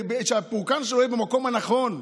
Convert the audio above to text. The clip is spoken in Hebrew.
שהפורקן שלו יהיה במקום הנכון,